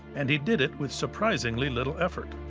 and he did it with surprisingly little effort.